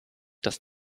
dass